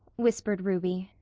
whispered ruby.